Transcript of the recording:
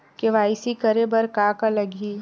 KYC करे बर का का लगही?